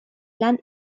lan